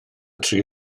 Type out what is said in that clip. tri